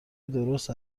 درست